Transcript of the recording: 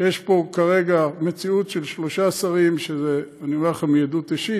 שיש פה כרגע מציאות של שלושה שרים שאני אומר לכם מעדות אישית,